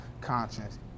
conscience